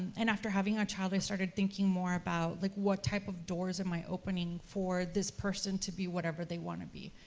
and after having a child, i started thinking more about like what type of doors am i opening for this person to be whatever they want to be.